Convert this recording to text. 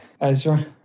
Ezra